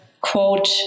quote